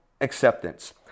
acceptance